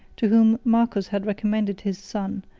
to whom marcus had recommended his son,